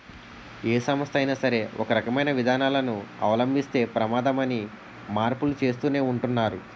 ఏ సంస్థ అయినా సరే ఒకే రకమైన విధానాలను అవలంబిస్తే ప్రమాదమని మార్పులు చేస్తూనే ఉంటున్నారు